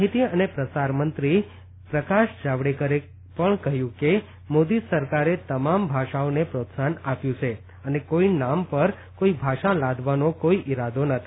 માહિતી અને પ્રસારમંત્રી પ્રકાશ જાવડેકરે પણ કહ્યું છે કે મોદી સરકારે તમામ ભારતીય ભાષાઓને પ્રોત્સાહન આપ્યું છે અને કોઇનામ પર કોઇ ભાષા લાદવાનો કોઇ ઈરાદો નથી